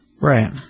Right